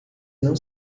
não